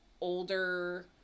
older